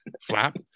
slap